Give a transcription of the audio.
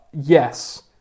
Yes